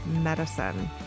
medicine